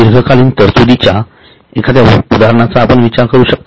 दीर्घकालीन तरतुदी च्या एखाद्या उदाहरणाचा आपण विचार करू शकता का